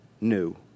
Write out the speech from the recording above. new